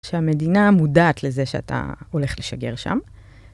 שהמדינה מודעת לזה שאתה הולך לשגר שם.